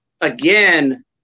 again